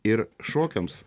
ir šokiams